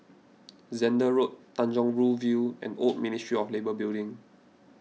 Zehnder Road Tanjong Rhu View and Old Ministry of Labour Building